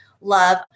love